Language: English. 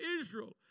Israel